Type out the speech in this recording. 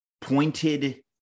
pointed